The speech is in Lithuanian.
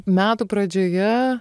metų pradžioje